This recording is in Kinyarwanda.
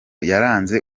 yaranze